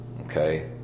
okay